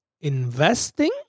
investing